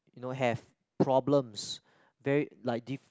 you know have problems very like